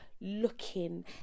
looking